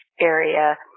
area